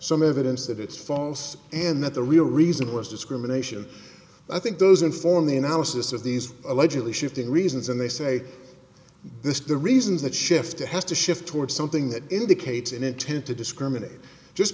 some evidence that it's false and that the real reason was discrimination i think does inform the analysis of these allegedly shifting reasons and they say this the reasons that shift to has to shift toward something that indicates an intent to discriminate just